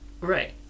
Right